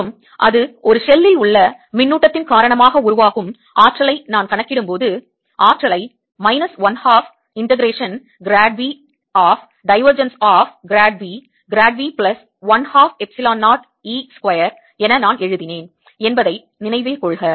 மற்றும் அது ஒரு ஷெல்லில் உள்ள மின்னூட்டத்தின் காரணமாக உருவாகும் ஆற்றலை நான் கணக்கிடும்போது ஆற்றலை minus 1 half integration grad of divergence of grad V grad V plus 1 half epsilon 0 E square என நான் எழுதினேன் என்பதை நினைவில் கொள்க